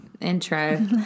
intro